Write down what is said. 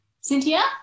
Cynthia